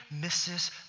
misses